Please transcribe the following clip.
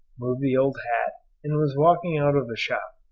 moved the old hat and was walking out of the shop,